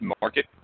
market